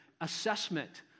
assessment